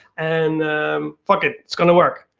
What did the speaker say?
and fuck it, it's gonna work.